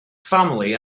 family